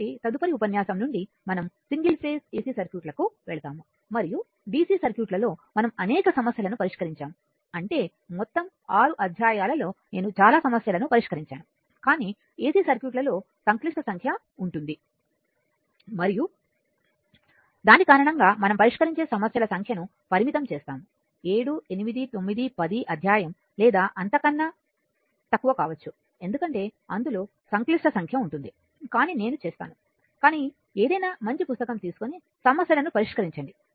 కాబట్టి తదుపరి ఉపన్యాసం నుండి మనం సింగిల్ ఫేజ్ ఎసి సర్క్యూట్లకు వెళ్తాము మరియు DC సర్క్యూట్ లలో మనం అనేక సమస్యలను పరిష్కరించాము అంటే మొత్తం 6 అధ్యాయాలలో నేను చాలా సమస్యలను పరిష్కరించాను కానీ ఎసి సర్క్యూట్లలో సంక్లిష్ట సంఖ్య ఉంటుంది మరియు దాని కారణంగా మనం పరిష్కరించే సమస్యల సంఖ్యను పరిమితం చేస్తాము 7 8 9 10 అధ్యాయం లేదా అంతకన్నా తక్కువ కావచ్చు ఎందుకంటే అందులో సంక్లిష్ట సంఖ్య ఉంటుంది కానీ నేను చేస్తాను కానీ ఏదైనా మంచి పుస్తకం తీసుకోని సమస్యలను పరిష్కరించండి